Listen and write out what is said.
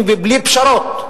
יחנוך את הקטר הראשון לשדרות,